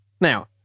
Now